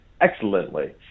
excellently